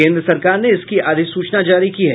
केंद्र सरकार ने इसकी अधिसूचना जारी की है